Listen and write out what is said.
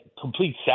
complete